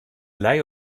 lei